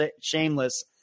shameless